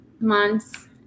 months